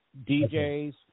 DJs